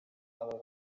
aba